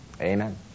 amen